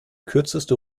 kürzeste